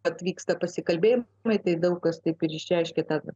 atvyksta pasikalbėt matyt daug kas taip ir išreiškė tą